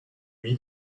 lui